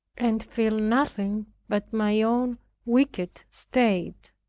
and feel nothing but my own wicked state.